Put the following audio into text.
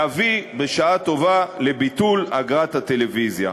להביא, בשעה טובה, לביטול אגרת הטלוויזיה.